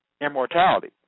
immortality